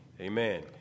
amen